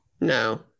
No